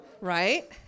right